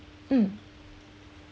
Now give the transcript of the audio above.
mm